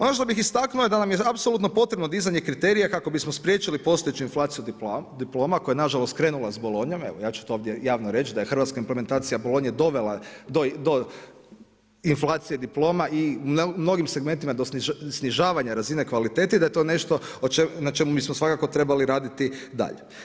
Ono što bih istaknuo da nam je apsolutno potrebno dizanje kriterija kako bismo spriječili postojeću inflaciju diploma koja je nažalost krenula s bolonjom, evo ja ću to ovdje javno reći da je hrvatska implementacija bolonje dovela do inflacije diploma i u mnogim segmentima do snižavanja razine kvalitete i da je to nešto na čemu bismo svakako trebali raditi dalje.